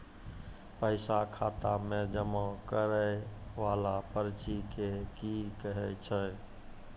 पैसा खाता मे जमा करैय वाला पर्ची के की कहेय छै?